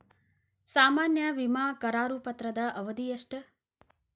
ಸಾಮಾನ್ಯ ವಿಮಾ ಕರಾರು ಪತ್ರದ ಅವಧಿ ಎಷ್ಟ?